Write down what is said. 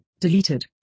deleted